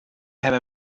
have